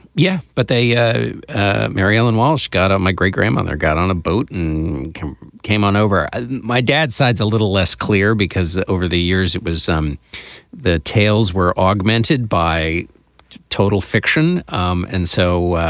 yeah, but they ah ah mary-ellen walsh got my great grandmother, got on a boat and came came on over ah my dad's sides a little less clear because over the years it was um the tails were augmented by total fiction. um and so